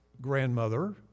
grandmother